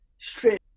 straight